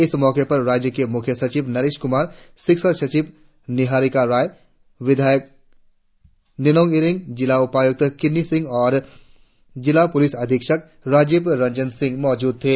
इस मौके पर राज्य के मुख्य सचिव नरेश कुमार शिक्षा सचिव निहारिका राय विधायक निनोंग ईरिंग जिला उपायुक्त किन्नी सिंह और जिला पुलिस अधीक्षक राजीव रंजन सिंह मौजूद थे